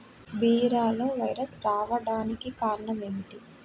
బీరలో వైరస్ రావడానికి కారణం ఏమిటి?